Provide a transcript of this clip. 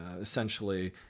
essentially